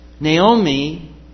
Naomi